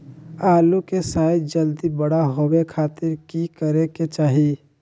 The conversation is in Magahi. आलू के साइज जल्दी बड़ा होबे खातिर की करे के चाही?